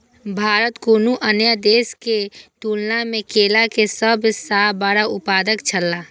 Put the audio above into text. भारत कुनू अन्य देश के तुलना में केला के सब सॉ बड़ा उत्पादक छला